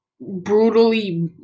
brutally